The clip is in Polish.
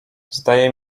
zdaje